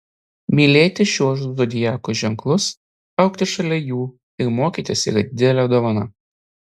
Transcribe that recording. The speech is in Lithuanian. mylėti šiuos zodiako ženklus augti šalia jų ir mokytis yra didelė dovana